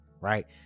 right